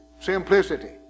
simplicity